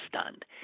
stunned